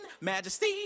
majesty